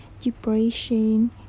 depression